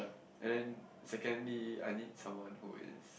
and then secondly I need someone who is